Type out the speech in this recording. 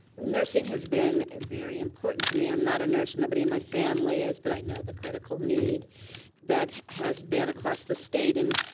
nursing has been very important to me. i'm not a nurse. nobody in my family is but i know the critical need that has been across the state, and